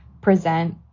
present